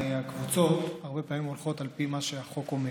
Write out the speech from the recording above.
הרי הקבוצות הרבה פעמים הולכות על פי מה שהחוק אומר.